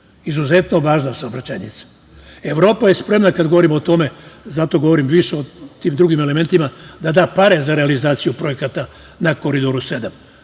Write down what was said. izuzetno važna saobraćajnica. Evropa je spremna, kada govorimo o tome, zato govorim više o tim drugim elementima, da da pare za realizaciju projekata na Koridoru 7.